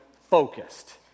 focused